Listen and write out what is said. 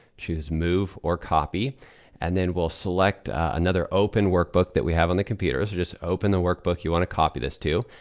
choose move or copy and then we'll select another open workbook that we have on the computer. so just open the workbook you wanna copy this to.